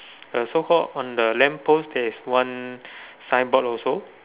uh so called on the lamp post there's one signboard also